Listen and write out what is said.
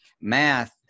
Math